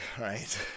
right